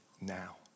now